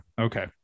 okay